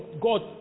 God